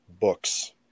books